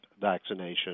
vaccination